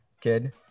kid